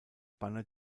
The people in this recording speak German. banner